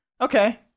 Okay